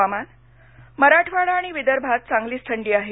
हवामान मराठवाडा आणि विदर्भात चांगलीच थंडी आहे